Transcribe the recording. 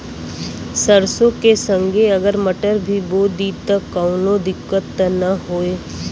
सरसो के संगे अगर मटर भी बो दी त कवनो दिक्कत त ना होय?